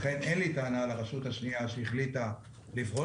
לכן אין לי טענה לרשות השנייה שהחליטה לפרוש